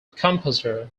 composer